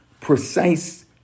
precise